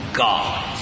god